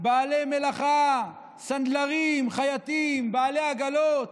בעלי מלאכה, סנדלרים, חייטים, בעלי עגלות,